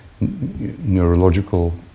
neurological